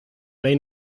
may